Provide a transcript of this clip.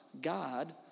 God